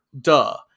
Duh